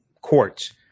courts